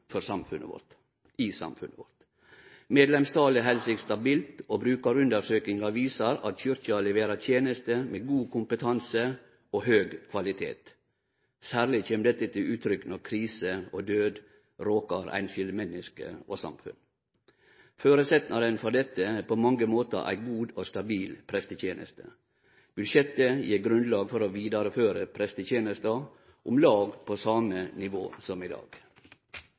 i samfunnet vårt. Medlemstalet held seg stabilt, og brukarundersøkingar viser at Kyrkja leverer tenester med god kompetanse og høg kvalitet. Særleg kjem dette til uttrykk når kriser og død råkar einskildmenneske og samfunn. Føresetnaden for dette er på mange måtar ei god og stabil presteteneste. Budsjettet gjev grunnlag for å vidareføre prestetenesta på om lag same nivå som i dag.